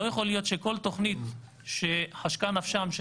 לא יכול להיות שכל תוכנית שחשקה נפשם של